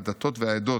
הדתות והעדות.